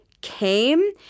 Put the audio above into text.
came